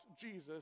Jesus